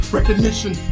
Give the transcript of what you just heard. Recognition